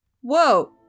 Whoa